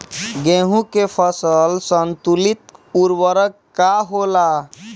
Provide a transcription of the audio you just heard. गेहूं के फसल संतुलित उर्वरक का होला?